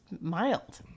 mild